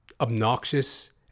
obnoxious